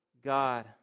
God